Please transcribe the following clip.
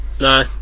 No